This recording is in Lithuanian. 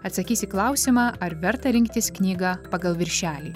atsakys į klausimą ar verta rinktis knygą pagal viršelį